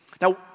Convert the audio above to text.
Now